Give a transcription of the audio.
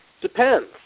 Depends